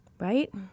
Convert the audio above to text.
right